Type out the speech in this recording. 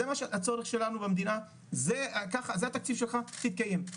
זה הצורך שלנו במדינה, זה התקציב שלך, תתקיים,